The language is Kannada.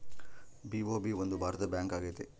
ಬಿ.ಒ.ಬಿ ಒಂದು ಭಾರತದ ಬ್ಯಾಂಕ್ ಆಗೈತೆ